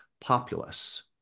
populace